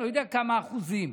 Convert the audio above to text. לא יודע כמה אחוזים,